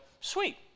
sweet